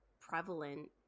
prevalent